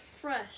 fresh